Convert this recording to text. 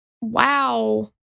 Wow